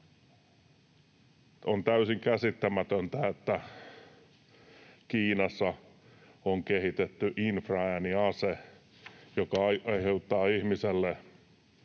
On täysin käsittämätöntä, että Kiinassa on kehitetty infraääniase, joka aiheuttaa ihmiselle